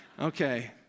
Okay